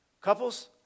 couples